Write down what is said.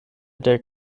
der